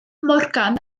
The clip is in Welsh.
morgan